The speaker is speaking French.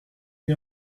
n’y